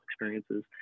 experiences